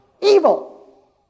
Evil